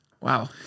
Wow